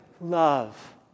love